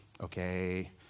okay